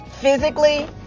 physically